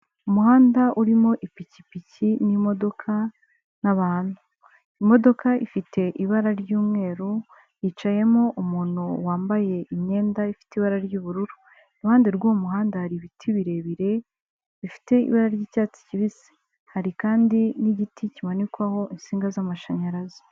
Umuhanda urimo ipikipiki n'imodoka n'abantu, imodoka ifite ibara ry'umweru yicayemo umuntu wambaye imyenda ifite ibara ry'ubururu, iruhande rw'uwo muhanda hari ibiti birebire bifite ibara ry'icyatsi kibisi, hari kandi n'igiti kimanikwaho insinga z'amashanyarazi.